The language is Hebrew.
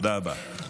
תודה רבה.